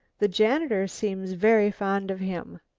the janitor seems very fond of him.